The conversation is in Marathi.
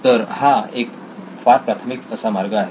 तर हा एक फार प्राथमिक असा मार्ग आहे